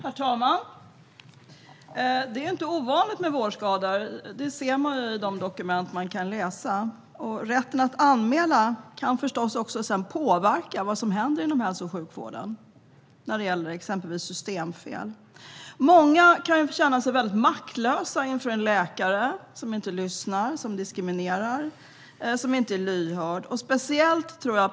Herr talman! Det är inte ovanligt med vårdskador, ser man i olika dokument. Rätten att anmäla kan förstås också påverka vad som händer inom hälso och sjukvården när det gäller exempelvis systemfel. Många kan känna sig väldigt maktlösa inför en läkare som inte lyssnar, som diskriminerar och som inte är lyhörd.